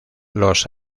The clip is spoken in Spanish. los